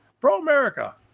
Pro-America